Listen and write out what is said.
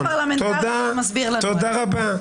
תודה רבה.